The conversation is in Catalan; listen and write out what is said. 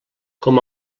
com